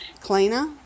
cleaner